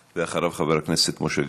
אחריו, חבר הכנסת משה גפני.